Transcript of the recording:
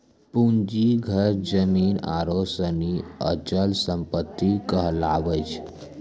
पूंजी घर जमीन आरु सनी अचल सम्पत्ति कहलावै छै